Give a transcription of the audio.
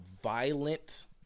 violent